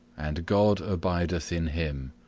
and god abideth in him.